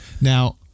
Now